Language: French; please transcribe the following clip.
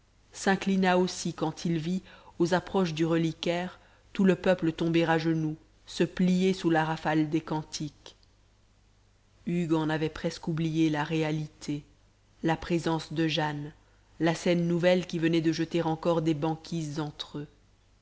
s'inclina aussi quand il vit aux approches du reliquaire tout le peuple tomber à genoux se plier sous la rafale des cantiques hugues en avait presque oublié la réalité la présence de jane la scène nouvelle qui venait de jeter encore des banquises entre eux